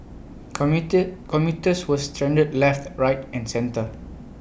commit commuters were stranded left right and centre